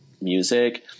music